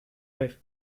vez